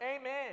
amen